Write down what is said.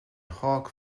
hawk